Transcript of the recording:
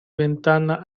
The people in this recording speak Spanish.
ventana